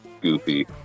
goofy